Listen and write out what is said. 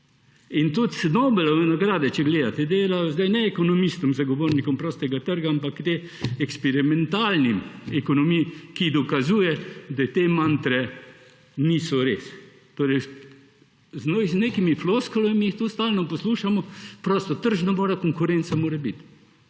Tudi Nobelovih nagrad, če gledate, zdaj ne dajejo ekonomistom zagovornikom prostega trga, ampak eksperimentalni ekonomiji, ki dokazuje, da te mantre niso resnične. Z nekimi floskulami jih tu stalno poslušamo, prostotržno mora biti, konkurenca mora biti.